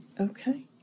okay